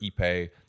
Ipe